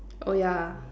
oh ya